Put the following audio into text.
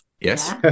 Yes